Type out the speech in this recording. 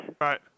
Right